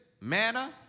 manna